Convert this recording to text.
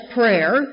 prayer